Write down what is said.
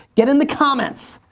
get in the comments.